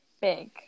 Big